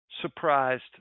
surprised